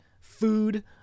food